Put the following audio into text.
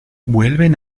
vuelven